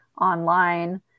online